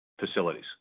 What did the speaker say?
facilities